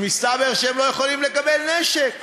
ומסתבר שהם לא יכולים לקבל נשק.